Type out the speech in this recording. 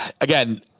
again